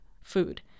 food